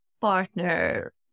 partner